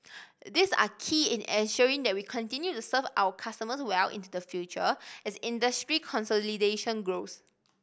these are key in ensuring that we continue to serve our customers well into the future as industry consolidation grows